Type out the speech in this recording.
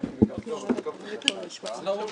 בכל מקום הן